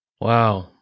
Wow